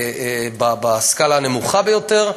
בסקאלה הנמוכה ביותר: